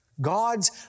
God's